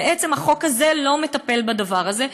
בעצם החוק הזה לא מטפל בדבר הזה.